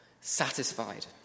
satisfied